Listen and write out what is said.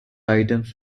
items